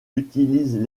utilisent